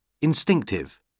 Instinctive